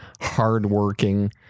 hardworking